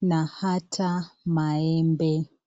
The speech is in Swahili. na ata maembe.